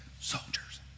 soldiers